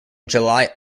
july